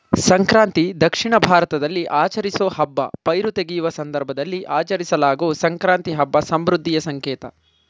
ಸಂಕ್ರಾಂತಿ ದಕ್ಷಿಣ ಭಾರತದಲ್ಲಿ ಆಚರಿಸೋ ಹಬ್ಬ ಪೈರು ತೆಗೆಯುವ ಸಂದರ್ಭದಲ್ಲಿ ಆಚರಿಸಲಾಗೊ ಸಂಕ್ರಾಂತಿ ಹಬ್ಬ ಸಮೃದ್ಧಿಯ ಸಂಕೇತ